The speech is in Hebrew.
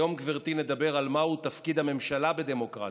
היום, גברתי, נדבר על מהו תפקיד הממשלה בדמוקרטיה.